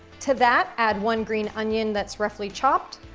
to that, add one green onion that's roughly chopped,